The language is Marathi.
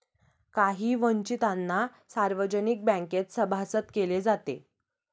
काही वंचितांना सार्वजनिक बँकेत सभासद केले जाते